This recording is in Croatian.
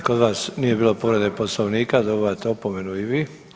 I kod vas nije bilo povrede Poslovnika, dobivate opomenu i vi.